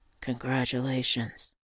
Congratulations